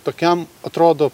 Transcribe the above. tokiam atrodo